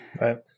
Right